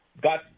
got